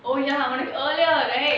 oh ya அவனுக்கு:avanukku earlier right